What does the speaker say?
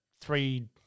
three